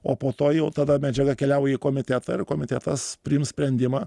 o po to jau tada medžiaga keliauja į komitetą ir komitetas priims sprendimą